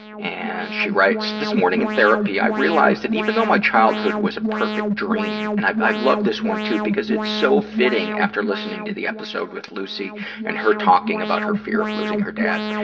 and, she writes, this morning in therapy, i realized that even though my childhood was a perfect dream and i, i love this one, too, because it's so fitting after listening to the episode with lucy and her talking about her fear of losing her dad.